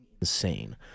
insane